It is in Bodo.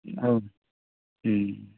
औ ओम